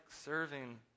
serving